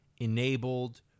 enabled